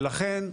ולכן,